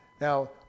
Now